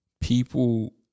people